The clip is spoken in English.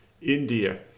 India